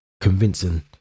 convincing